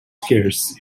scarce